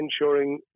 ensuring